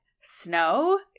snow